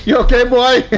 yeah okay boy?